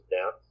down